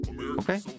Okay